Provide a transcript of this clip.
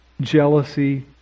jealousy